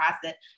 process